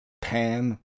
pan